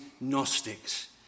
Gnostics